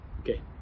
okay